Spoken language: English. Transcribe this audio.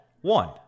one